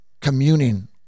communing